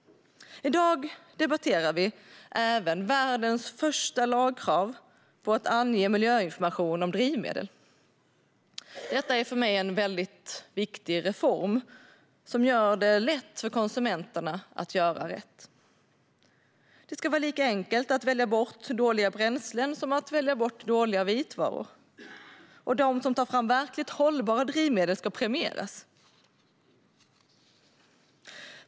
I dag debatterar vi även världens första lagkrav på att ange miljöinformation om drivmedel. Detta är för mig en viktig reform, som gör det lätt för konsumenterna att göra rätt. Det ska vara lika enkelt att välja bort dåliga bränslen som att välja bort dåliga vitvaror. Och de som tar fram verkligt hållbara drivmedel ska premieras.